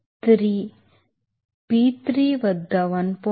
3 P3 వద్ద 1